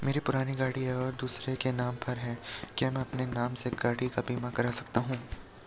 मेरी पुरानी गाड़ी है और दूसरे के नाम पर है क्या मैं अपने नाम से गाड़ी का बीमा कर सकता हूँ?